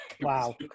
Wow